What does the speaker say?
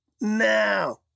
now